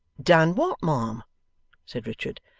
done what, ma'am said richard.